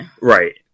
Right